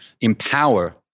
empower